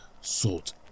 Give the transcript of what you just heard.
salt